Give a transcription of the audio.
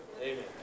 Amen